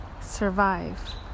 survive